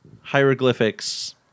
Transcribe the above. hieroglyphics